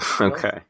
Okay